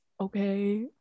Okay